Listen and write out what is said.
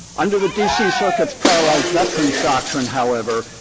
under the d c. circuit's paralyzed veterans doctrine however,